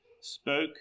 spoke